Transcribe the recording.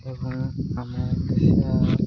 ଏବଂ ଆମ ଦେଶ